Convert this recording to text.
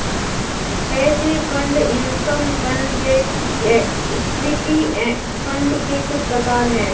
hedge fund income fund ये equity fund के कुछ प्रकार हैं